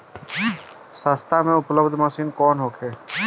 सस्ता में उपलब्ध मशीन कौन होखे?